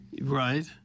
Right